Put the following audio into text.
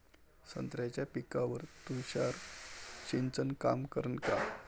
संत्र्याच्या पिकावर तुषार सिंचन काम करन का?